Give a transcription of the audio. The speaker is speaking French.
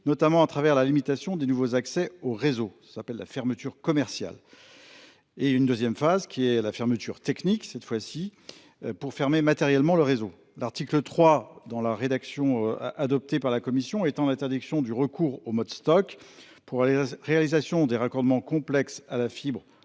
notamment à travers la limitation des nouveaux accès au réseau- c'est la fermeture commerciale -, et une phase de fermeture technique pour fermer matériellement le réseau. L'article 3, dans sa rédaction adoptée par la commission, étend l'interdiction du recours au mode Stoc pour la réalisation des raccordements complexes à la fibre